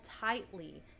tightly